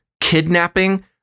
kidnapping